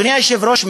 אדוני היושב-ראש,